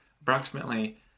Approximately